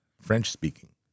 French-speaking